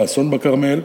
באסון בכרמל,